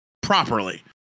properly